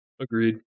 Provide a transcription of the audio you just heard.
agreed